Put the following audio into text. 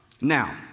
Now